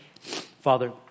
Father